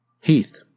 Heath